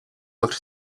looked